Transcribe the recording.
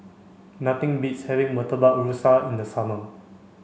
nothing beats having Murtabak Rusa in the summer